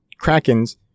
Krakens